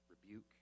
rebuke